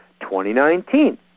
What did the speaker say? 2019